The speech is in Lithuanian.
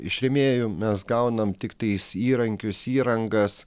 iš rėmėjų mes gaunam tiktais įrankius įrangas